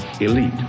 elite